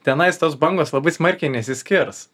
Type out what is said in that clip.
tenais tos bangos labai smarkiai nesiskirs